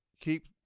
keep